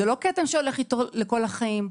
זה לא כתם שהולך איתו לכל החיים.